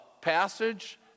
passage